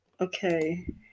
Okay